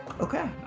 Okay